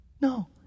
No